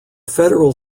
federal